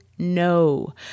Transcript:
no